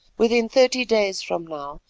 within thirty days from now,